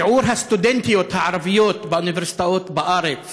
שיעור הסטודנטיות הערביות באוניברסיטאות בארץ